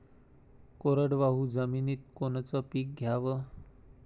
कोरडवाहू जमिनीत कोनचं पीक घ्याव?